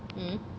mm